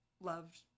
loved